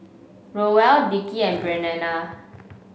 Roel Dickie and Breanna